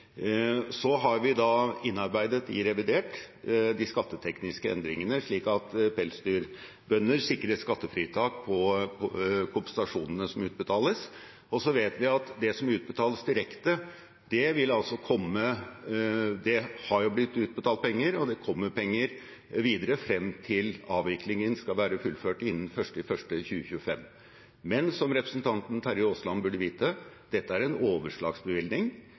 Vi har innarbeidet de skattetekniske endringene i revidert, slik at pelsdyrbønder sikres skattefritak for kompensasjonene som utbetales. Vi vet at det som utbetales direkte, vil komme. Det har blitt utbetalt penger, og det kommer penger videre frem til avviklingen skal være fullført innen 1. januar 2025. Men som representanten Terje Aasland burde vite, er dette en overslagsbevilgning. Alle pengene blir ikke utbetalt i år. De blir fordelt over flere år. Det er en overslagsbevilgning,